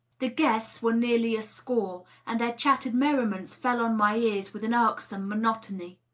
the guests were nearly a score, and their chattered merriments fell on my ears with an irksome monotony.